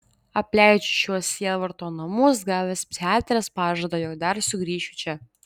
apleidžiu šiuos sielvarto namus gavęs psichiatrės pažadą jog dar sugrįšiu čia